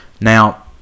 Now